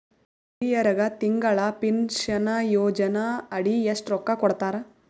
ಹಿರಿಯರಗ ತಿಂಗಳ ಪೀನಷನಯೋಜನ ಅಡಿ ಎಷ್ಟ ರೊಕ್ಕ ಕೊಡತಾರ?